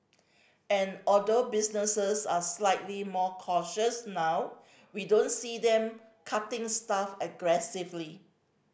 and although businesses are slightly more cautious now we don't see them cutting staff aggressively